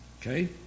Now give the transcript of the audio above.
Okay